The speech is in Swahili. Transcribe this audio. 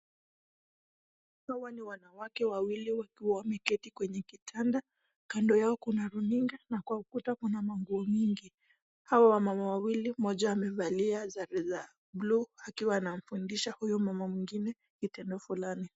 Hawa ni wanawake wawili wakiwa wameketi kwenye kitanda, kando yao kuna runinga na kwa ukuta kuna manguo mingi. Hawa wamama wawili mmoja amevalia sare za buluu akiwa anamfundisha huyu mama mwingine kitendo fulani.